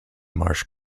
marsh